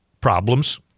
problems